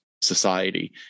society